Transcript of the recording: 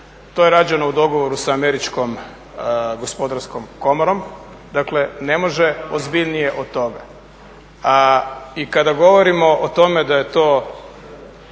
To je rađeno u dogovoru sa američkom gospodarskom komorom. Dakle, ne može ozbiljnije od toga. I kada govorimo o tome da je to